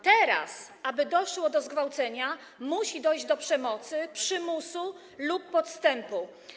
Teraz, aby uznano, że doszło do zgwałcenia, musi dojść do przemocy, przymusu lub podstępu.